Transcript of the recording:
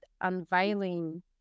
unveiling